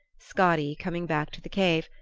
skadi, coming back to the cave,